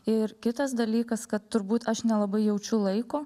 ir kitas dalykas kad turbūt aš nelabai jaučiu laiko